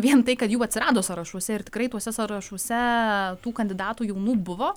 vien tai kad jų atsirado sąrašuose ir tikrai tuose sąrašuose tų kandidatų jaunų buvo